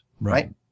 Right